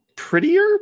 prettier